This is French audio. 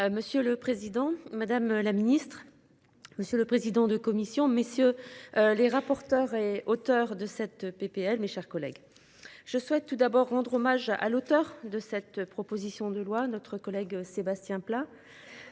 Monsieur le Président Madame la Ministre. Monsieur le président de commission messieurs. Les rapporteurs et auteur de cette PPL, mes chers collègues, je souhaite tout d'abord rendre hommage à l'auteur de cette proposition de loi notre collègue Sébastien Pla.